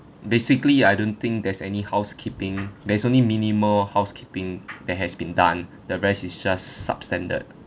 basically I don't think there's any housekeeping there's only minimal housekeeping that has been done the rest is just substandard